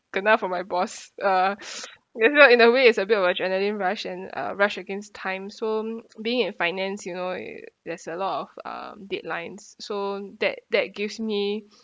kena from my boss uh that's why in a way is a bit of a adrenaline rush and uh rush against time so being at finance you know uh there's a lot a of um deadlines so that that gives me